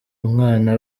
umwana